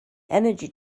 energy